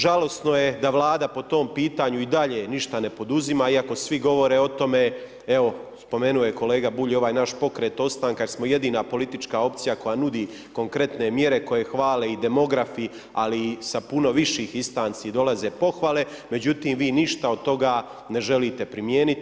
Žalosno je da Vlada po tom pitanju ništa ne poduzima, iako svi govore o tome, evo spomenuo je kolega Bulj ovaj naš pokret ostanka jer smo jedina politička opcija koja nudi konkretne mjere koje hvale i demografi, ali i sa puno viših instanci dolaze pohvale, međutim vi ništa od toga ne želite primijeniti.